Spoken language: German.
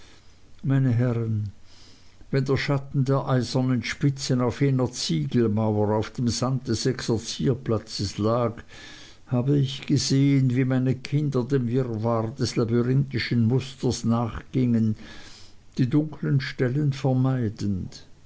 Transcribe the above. meine herren wenn der schatten der eisernen spitzen auf jener ziegelmauer auf dem sand des exerzierplatzes lag habe ich gesehen wie meine kinder dem wirrwarr des labyrinthischen musters nachgingen die dunkeln stellen vermeidend